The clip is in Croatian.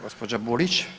Gđa. Burić.